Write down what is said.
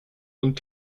und